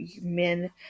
men